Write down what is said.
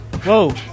Whoa